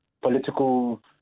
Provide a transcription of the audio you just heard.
Political